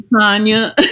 Tanya